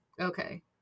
okay